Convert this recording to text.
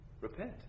Repent